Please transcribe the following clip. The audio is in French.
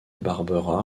barbera